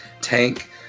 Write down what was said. tank